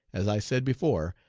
as i said before,